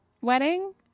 wedding